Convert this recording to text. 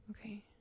Okay